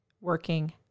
working